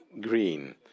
green